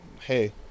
Hey